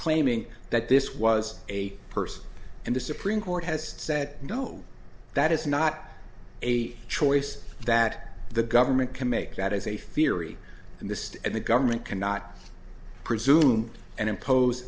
claiming that this was a person and the supreme court has said no that is not a choice that the government can make that is a firy and the state and the government cannot presume and impose